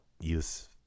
use